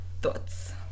Thoughts